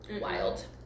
Wild